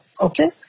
Okay